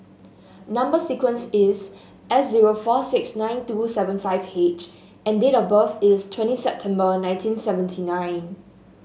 number sequence is S zero four six nine two seven five H and date of birth is twenty September nineteen seventy nine